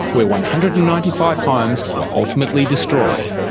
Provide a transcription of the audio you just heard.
where one hundred and ninety five homes were ultimately destroyed.